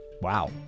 wow